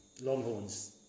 Longhorns